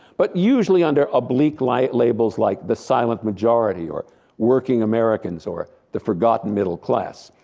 but usually under a bleak light. labels like the silent majority or working americans or the forgotten middle class.